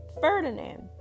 Ferdinand